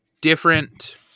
different